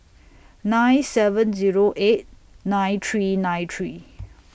nine seven Zero eight nine three nine three